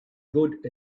good